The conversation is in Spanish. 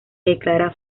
declara